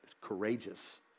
courageous